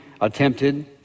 attempted